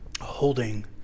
holding